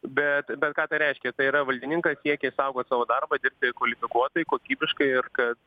bet bet ką tai reiškia tai yra valdininkas siekia išsaugot savo darbą dirbti kvalifikuotai kokybiškai ir kad